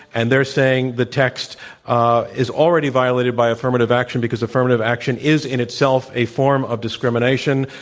and they're saying the text ah is already violated by affirmative action because affirmative action is in itself a form of discrimination.